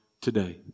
today